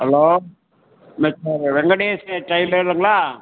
hello mister Venkatesan டெய்லருங்களா